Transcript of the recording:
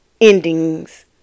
endings